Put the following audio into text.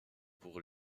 pour